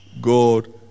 God